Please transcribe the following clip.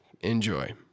Enjoy